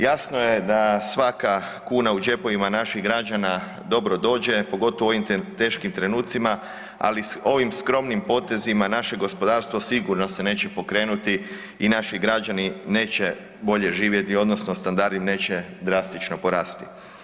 Jasno je da svaka kuna u džepovima naših građana dobro dođe, pogotovo u ovim teškim trenucima, ali s ovim skromnim potezima, naše gospodarstvo sigurno se neće pokrenuti i naši građani neće bolje živjeti odnosno standard im neće drastično porasti.